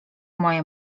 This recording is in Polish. moje